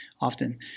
often